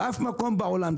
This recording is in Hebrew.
באף מקום בעולם,